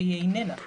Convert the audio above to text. והיא איננה כזאת.